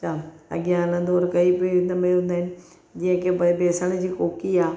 जामु अॻिया हलंदो कई पे हुन में हूंदा आहिनि जेके भई बेसण जी कोकी आहे